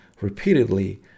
repeatedly